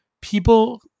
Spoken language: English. people